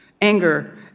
anger